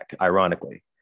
ironically